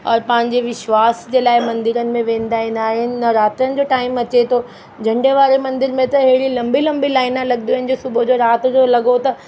और पंहिंजे विश्वास जे लाइ मंदिरनि में वेंदा आहिनि नव रात्रियुनि जो टाइम अचे थो झंडे वारे मंदर में त हेॾी लंबी लंबी लाइना लॻंदियूं आहिनि सुबुह जो राति जो लॻो त